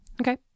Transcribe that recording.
Okay